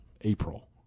April